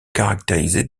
caractériser